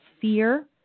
fear